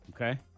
okay